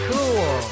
Cool